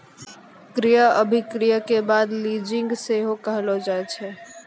क्रय अभिक्रय के बंद लीजिंग सेहो कहलो जाय छै